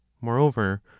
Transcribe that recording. Moreover